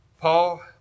Paul